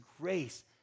grace